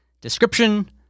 description